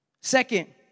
Second